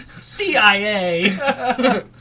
CIA